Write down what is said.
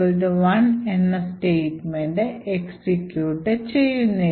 x1 എന്ന് statement executive ചെയ്യുന്നില്ല